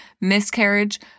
miscarriage